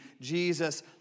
Jesus